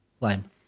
Lime